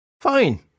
Fine